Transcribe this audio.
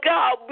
God